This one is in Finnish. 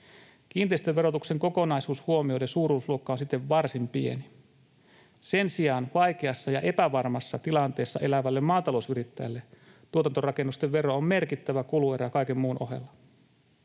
Kiinteistöverotuksen kokonaisuus huomioiden suuruusluokka on siten varsin pieni. Sen sijaan vaikeassa ja epävarmassa tilanteessa elävälle maatalousyrittäjälle tuotantorakennusten vero on merkittävä kuluerä kaiken muun ohella.